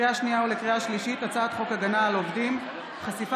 לקריאה שנייה ולקריאה שלישית: הצעת חוק הגנה על עובדים (חשיפת